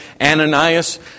Ananias